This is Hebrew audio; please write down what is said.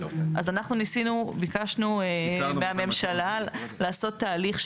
אנחנו ביקשנו מהממשלה לעשות תהליך,